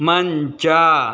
ಮಂಚ